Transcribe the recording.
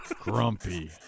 Grumpy